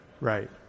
Right